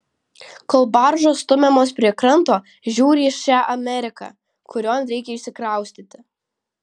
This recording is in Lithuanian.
kol baržos stumiamos prie kranto žiūriu į šią ameriką kurion reikia išsikraustyti